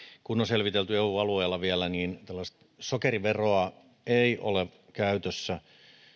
kun on vielä selvitelty eu alueella niin tällaista sokeriveroa ei ole käytössä